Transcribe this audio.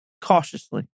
cautiously